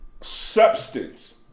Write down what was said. substance